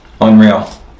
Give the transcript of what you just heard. Unreal